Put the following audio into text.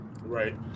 Right